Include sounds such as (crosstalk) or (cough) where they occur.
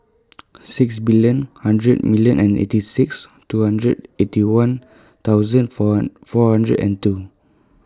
(noise) six billion hundred million and eight six two hundred Eighty One thousand four four hundred and two